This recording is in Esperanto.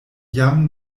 jam